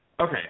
Okay